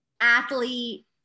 athlete